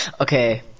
Okay